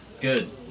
Good